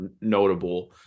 notable